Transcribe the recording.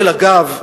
אגב,